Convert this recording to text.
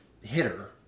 hitter